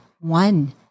one